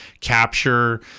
capture